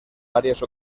varias